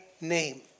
name